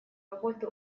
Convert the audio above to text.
работу